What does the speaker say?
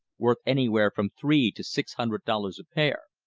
worth anywhere from three to six hundred dollars a pair.